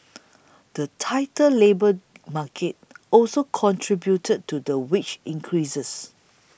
the tighter labour market also contributed to the wage increases